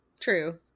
true